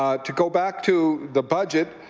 ah to go back to the budget,